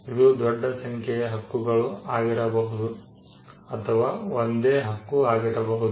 ಇದು ದೊಡ್ಡ ಸಂಖ್ಯೆಯ ಹಕ್ಕುಗಳು ಆಗಿರಬಹುದು ಅಥವಾ ಒಂದೇ ಹಕ್ಕು ಆಗಿರಬಹುದು